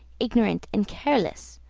ignorant, and careless,